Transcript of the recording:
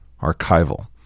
archival